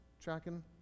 tracking